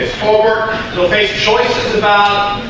for choices about